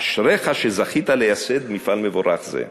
אשריך שזכית לייסד מפעל מבורך זה.